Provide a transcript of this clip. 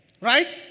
right